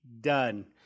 done